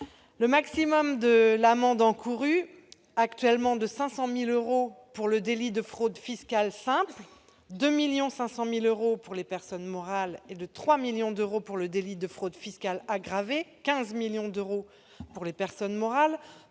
maximal de l'amende encourue, actuellement 500 000 euros pour le délit de fraude fiscale simple- 2,5 millions d'euros pour les personnes morales -et 3 millions d'euros pour le délit de fraude fiscale aggravée- 15 millions d'euros pour les personnes morales